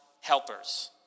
helpers